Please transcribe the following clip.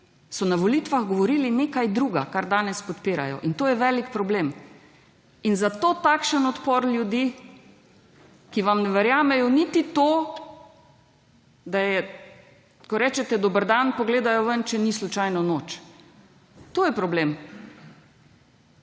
so na volitvah govorili nekaj drugega kar danes podpirajo in to je velik problem. In zato takšen odpor ljudi, ki vam ne verjamejo niti to, da je, ko rečete dober dan, pogledajo več, ne ni slučajno noč. To je problem.